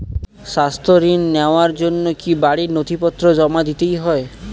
স্বাস্থ্য ঋণ নেওয়ার জন্য কি বাড়ীর নথিপত্র জমা দিতেই হয়?